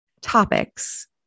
topics